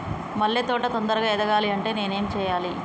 మల్లె తోట తొందరగా ఎదగాలి అంటే నేను ఏం చేయాలి?